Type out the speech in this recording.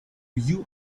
you